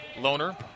Loner